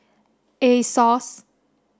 Asos